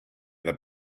the